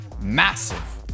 massive